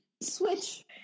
Switch